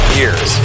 years